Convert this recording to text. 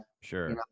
Sure